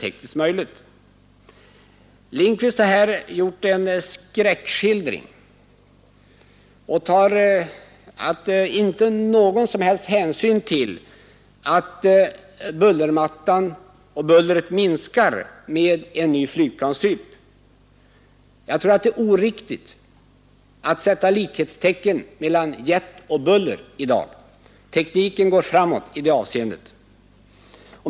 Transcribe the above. Herr Lindkvist har här givit en skräckskildring och tar inte någon som helst hänsyn till att bullret och bullermattan minskar med en ny flygplanstyp. Jag tror det är oriktigt att sätta likhetstecken mellan jet och buller i dag — tekniken går framåt i det avseendet.